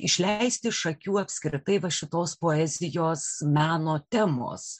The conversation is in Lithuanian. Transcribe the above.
išleisti iš akių apskritai va šitos poezijos meno temos